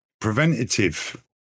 preventative